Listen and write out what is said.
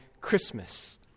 Christmas